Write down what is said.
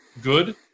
good